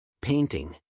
Painting